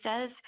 says